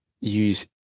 use